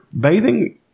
bathing